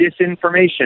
disinformation